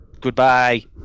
Goodbye